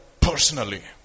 personally